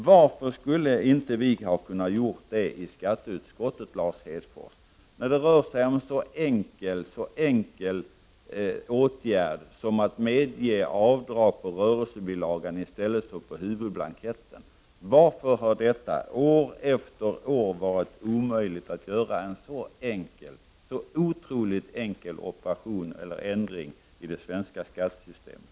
Varför skulle inte vi ha kunnat göra det i skatteutskottet, Lars Hedfors, när det gäller en så enkel åtgärd som att medge avdrag på rörelsebilagan i stället för på huvudblanketten? Varför har det år efter år varit omöjligt att göra en så otroligt enkel ändring i det svenska skattesystemet?